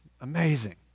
amazing